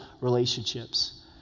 relationships